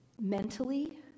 mentally